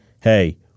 hey